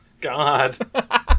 God